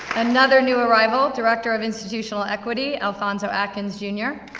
another new arrival, director of institutional equity, alphonso atkins, jr.